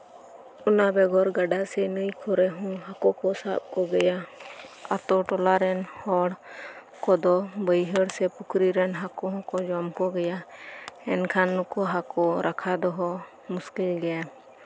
ᱚᱱᱟ ᱵᱮᱜᱚᱨ ᱜᱟᱰᱟ ᱥᱮ ᱱᱟᱹᱭ ᱠᱚᱨᱮ ᱦᱚᱸ ᱦᱟᱹᱠᱳ ᱠᱚ ᱥᱟᱵ ᱠᱚᱜᱮᱭᱟ ᱟᱹᱛᱳ ᱴᱚᱞᱟ ᱨᱮᱱ ᱦᱚᱲ ᱠᱚᱫᱚ ᱵᱟᱹᱭᱦᱟᱹᱲ ᱥᱮ ᱯᱩᱠᱷᱨᱤ ᱨᱮᱱ ᱦᱟᱹᱠᱳ ᱠᱚ ᱡᱚᱢ ᱠᱚᱜᱮᱭᱟ ᱮᱱᱠᱷᱟᱱ ᱱᱩᱠᱩ ᱦᱟᱹᱠᱳ ᱨᱟᱠᱷᱟ ᱫᱚᱦᱚ ᱢᱩᱥᱠᱤᱞ ᱜᱮᱭᱟ